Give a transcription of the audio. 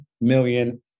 million